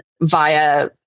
via